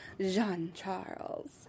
Jean-Charles